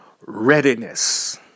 readiness